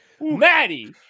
Maddie